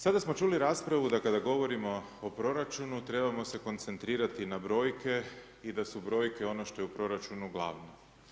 Sada smo čuli raspravu da kada govorimo o proračunu trebamo se koncentrirati na brojke i da su brojke ono što je u proračunu glavno.